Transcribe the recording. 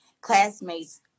classmates